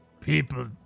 People